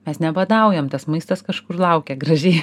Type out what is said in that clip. mes nebadaujam tas maistas kažkur laukia gražiai